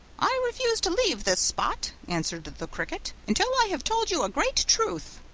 i refuse to leave this spot, answered the cricket, until i have told you a great truth.